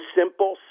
simple